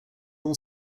all